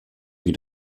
wie